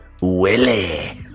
Willie